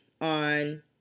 on